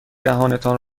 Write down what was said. دهانتان